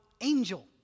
angel